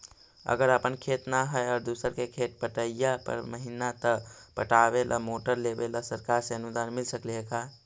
अगर अपन खेत न है और दुसर के खेत बटइया कर महिना त पटावे ल मोटर लेबे ल सरकार से अनुदान मिल सकले हे का?